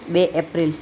બે એપ્રિલ